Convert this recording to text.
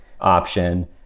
option